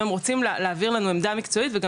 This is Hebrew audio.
אם הם רוצים להעביר לנו עמדה מקצועית וגם